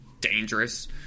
dangerous